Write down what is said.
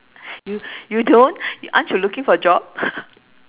you you don't aren't you looking for job